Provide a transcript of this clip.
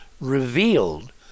revealed